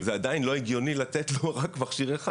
זה עדיין לא הגיוני לתת לו רק מכשיר אחד.